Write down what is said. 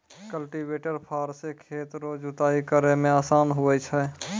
cultivator फार से खेत रो जुताइ करै मे आसान हुवै छै